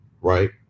right